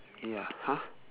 ya !huh!